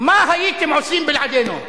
מה הייתם עושים בלעדינו?